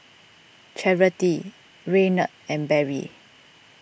Charity Reynold and Barry